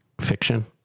fiction